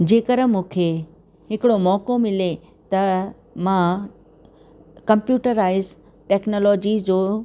जेकरि मूंखे हिकिड़ो मौक़ो मिले त मां कंप्यूटराइस टेक्नोलॉजी जो